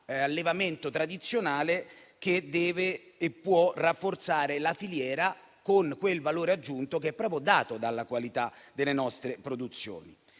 quell'allevamento tradizionale che deve e può rafforzare la filiera, con quel valore aggiunto dato proprio dalla qualità delle nostre produzioni.